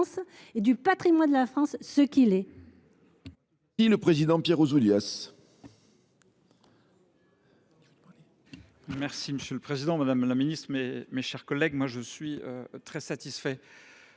font du patrimoine de la France ce qu’il est.